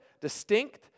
distinct